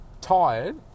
Tired